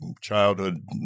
childhood